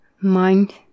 mind